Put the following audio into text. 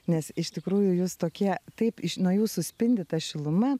nes iš tikrųjų jūs tokie taip nuo jūsų spindi ta šiluma